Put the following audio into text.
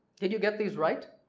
did you get these right?